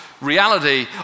reality